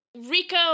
Rico